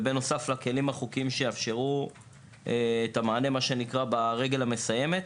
בנוסף לכלים שיאפשרו את המענה ברגל המסיימת.